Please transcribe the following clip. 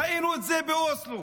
ראינו את זה באוסלו.